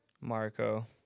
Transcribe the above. Marco